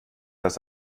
das